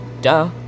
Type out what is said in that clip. Duh